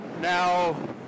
now